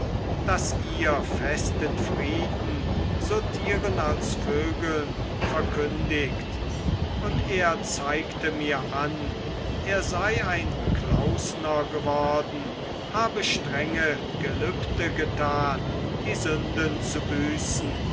daß ihr festen frieden so tieren als vögeln verkündigt und er zeigte mir an er sei ein klausner geworden habe strenge gelübde getan die sünden zu büßen